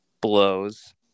blows